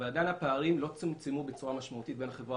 אבל עדיין הפערים לא צומצמו בצורה משמעותית בין החברה